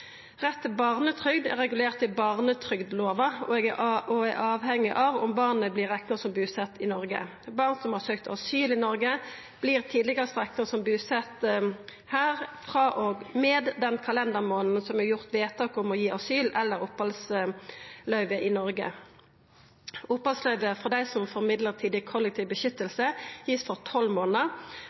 rett til eingongsstønad. Retten til barnetrygd er regulert i barnetrygdlova og er avhengig av om barnet vert rekna som busett i Noreg. Barn som har søkt asyl i Noreg, vert tidlegast rekna som busett her frå og med den kalendermånaden det er gjort vedtak om asyl eller opphaldsløyve i Noreg. Opphaldsløyve for dei med midlertidig kollektiv beskyttelse vert gitt for 12 månader,